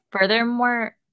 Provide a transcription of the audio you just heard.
furthermore